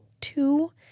Two